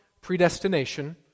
predestination